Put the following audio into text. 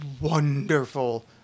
wonderful